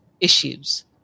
issues